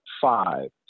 five